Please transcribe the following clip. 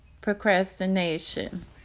Procrastination